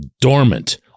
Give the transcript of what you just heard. dormant